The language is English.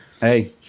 Hey